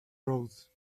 road